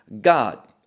god